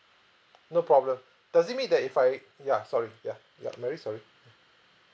no problem does it mean that if I ya sorry ya ya mary sorry ya